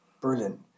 Brilliant